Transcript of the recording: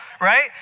right